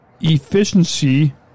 efficiency